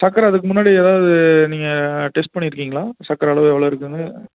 சர்க்கர அதுக்கு முன்னாடி ஏதாவது நீங்கள் டெஸ்ட் பண்ணியிருக்கீங்களா சர்க்கர அளவு எவ்வளோ இருக்குதுன்னு